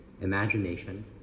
imagination